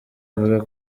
avuga